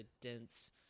dense